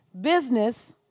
Business